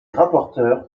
rapporteur